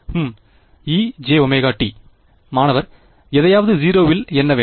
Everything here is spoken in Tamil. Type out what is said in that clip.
ஹு ejωt மாணவர் எதையாவது 0 இல் எண்ண வேண்டும்